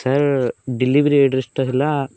sir delivery ଆଡ଼୍ରେସ୍ଟା ହେଲା